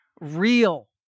real